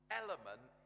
element